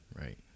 right